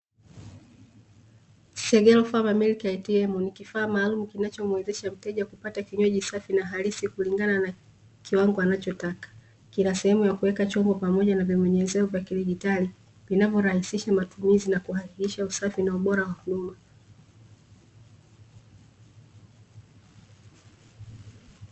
SEGELO FARMER MILK ATM nikivaa maalumu kinacho muwezesha mteja kupata kinywaji safi na halisi kulingana na kiwango anachotaka. Kina sehemu ya kuweka chombo pamoja na vibonyezeo vya kidigitari vinavyo rahisa matumizi na kuhakikisha usafi na ubora wa huduma.